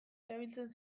erabiltzen